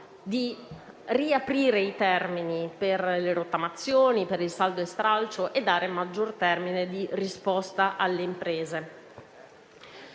di riaprire i termini per le rottamazioni, per il saldo e stralcio, dando maggior termine di risposta alle imprese.